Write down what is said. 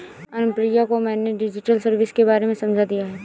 अनुप्रिया को मैंने digital service के बारे में समझा दिया है